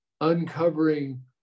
uncovering